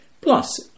plus